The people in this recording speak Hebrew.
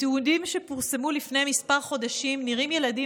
בתיעודים שפורסמו לפני כמה חודשים נראים ילדים